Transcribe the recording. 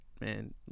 man